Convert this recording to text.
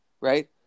right